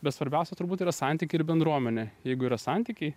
bet svarbiausia turbūt yra santykiai ir bendruomenė jeigu yra santykiai